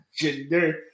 gender